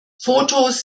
fotos